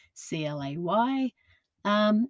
C-L-A-Y